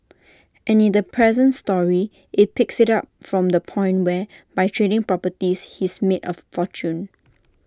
and in the present story IT picks IT up from the point where by trading properties he's made A fortune